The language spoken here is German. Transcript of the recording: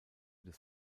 des